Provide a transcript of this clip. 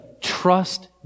trust